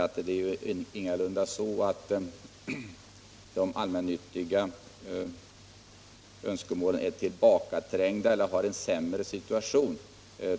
Det är vidare ingalunda så att de allmännyttiga önskemålen är tillbakaträngda eller att de har ett sämre utgångsläge.